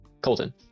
Colton